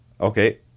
Okay